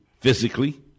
physically